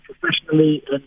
professionally